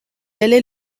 allait